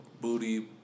Booty